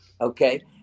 Okay